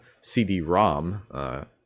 CD-ROM